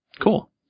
Cool